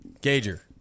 Gager